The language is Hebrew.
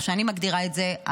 איך שאני מגדירה את זה,